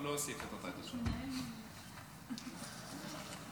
התשפ"ד 2024,